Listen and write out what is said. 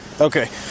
Okay